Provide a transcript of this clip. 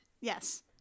yes